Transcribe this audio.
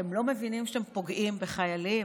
אתם לא מבינים שאתם פוגעים בחיילים,